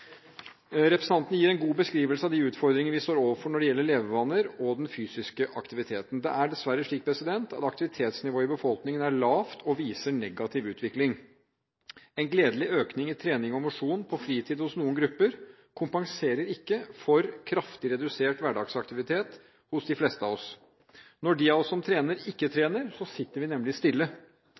de utfordringene vi står overfor når det gjelder levevaner og fysisk aktivitet. Det er dessverre slik at aktivitetsnivået i befolkningen er lavt og viser negativ utvikling. En gledelig økning i trening og mosjon på fritiden hos noen grupper kompenserer ikke for kraftig redusert hverdagsaktivitet hos de fleste av oss. Når de av oss som trener, ikke trener, sitter vi nemlig stille.